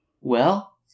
Well